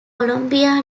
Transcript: columbia